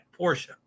Porsche